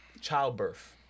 childbirth